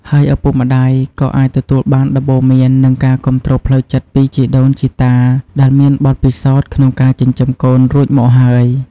ហើយឪពុកម្តាយក៏អាចទទួលបានដំបូន្មាន និងការគាំទ្រផ្លូវចិត្តពីជីដូនជីតាដែលមានបទពិសោធន៍ក្នុងការចិញ្ចឹមកូនរួចមកហើយ។